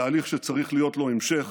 תהליך שצריך להיות לו המשך,